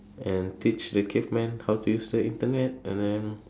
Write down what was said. and teach the cavemen how to use the Internet and then